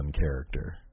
character